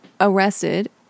arrested